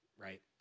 right